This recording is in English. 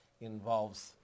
involves